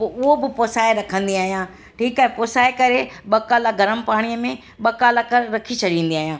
पो उहो बि पुसाए रखंदी आहियां ठीकु आहे पुसाए करे ॿ काल गरम पाणीअ में ॿ कलाक खनि रखी छॾींदी आहियां